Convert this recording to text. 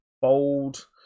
bold